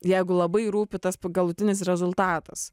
jeigu labai rūpi tas galutinis rezultatas